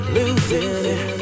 Losing